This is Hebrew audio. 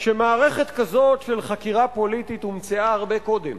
שמערכת כזאת של חקירה פוליטית הומצאה הרבה קודם.